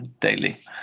daily